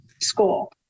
school